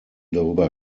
darüber